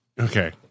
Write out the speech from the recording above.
Okay